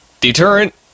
deterrent